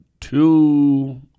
two